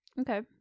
Okay